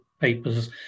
papers